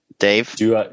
Dave